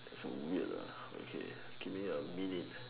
weird okay